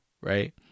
Right